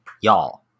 y'all